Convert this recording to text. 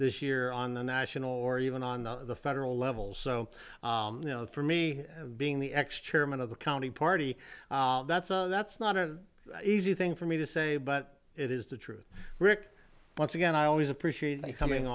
this year on the national or even on the the federal level so you know for me being the ex chairman of the county party that's a that's not an easy thing for me to say but it is the truth rick once again i always appreciate